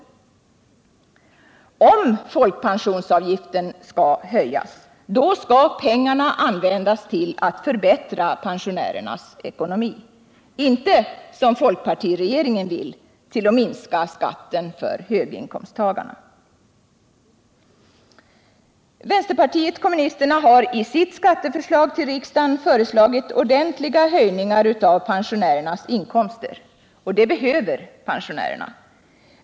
Om folkpensionsavgiften skall höjas, skall pengarna användas till att förbättra pensionärernas ekonomi. Inte som folkpartiregeringen vill, till att minska skatten för höginkomsttagarna. Vänsterpartiet kommunisterna har i sitt skatteförslag till riksdagen förordat ordentliga höjningar av pensionärernas inkomster, och sådana behöver pensionärerna.